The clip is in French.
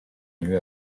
lieu